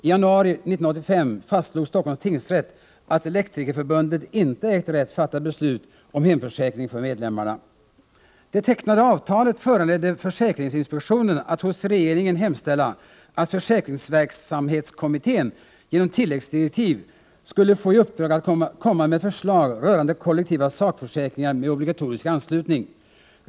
I januari 1985 fastslog Stockholms tingsrätt att Elektrikerförbundet inte ägt rätt att fatta beslut om hemförsäkring för medlemmarna. Det tecknade avtalet föranledde försäkringsinspektionen att hos regeringen hemställa att försäkringsverksamhetskommittén genom tilläggsdirektiv skulle få i uppdrag att lägga fram förslag rörande kollektiva sakförsäkringar med obligatorisk anslutning.